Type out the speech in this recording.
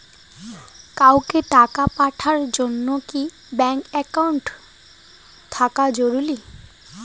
কাউকে টাকা পাঠের জন্যে কি ব্যাংক একাউন্ট থাকা জরুরি?